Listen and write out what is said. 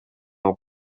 окуп